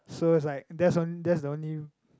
so it's like there's one there's the only